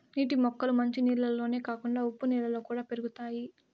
నీటి మొక్కలు మంచి నీళ్ళల్లోనే కాకుండా ఉప్పు నీళ్ళలో కూడా పెరుగుతాయి